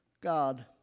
God